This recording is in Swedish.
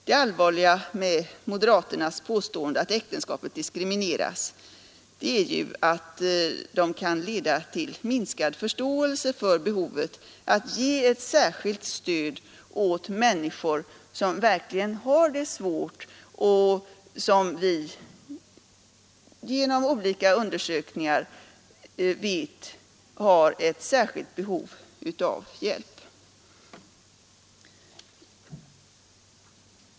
Det allvarliga med moderaternas påstående att äktenskapet diskrimineras är att detta leder till minskad förståelse för behovet att ge särskilt stöd åt människor som verkligen har det svårt och som enligt företagna undersökningar har ett särskilt behov av hjälp.